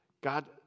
God